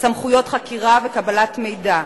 סמכויות חקירה וקבלת מידע,